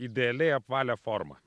idealiai apvalią formą